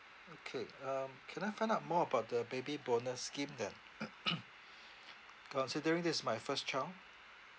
okay um can I find out more about the baby bonus scheme that considering this is my first child